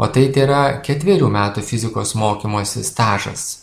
o tai tėra ketverių metų fizikos mokymosi stažas